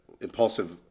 impulsive